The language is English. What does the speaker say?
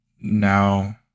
Now